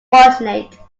fortunate